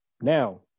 Now